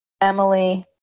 Emily